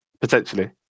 potentially